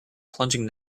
plunging